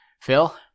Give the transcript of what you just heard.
Phil